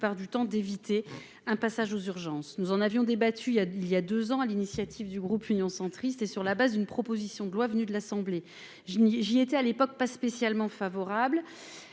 du temps d'éviter un passage aux urgences, nous en avions débattu, il y a, il y a 2 ans, à l'initiative du groupe Union centriste et sur la base d'une proposition de loi venus de l'Assemblée, je n'ai j'y étais à l'époque, pas spécialement favorable,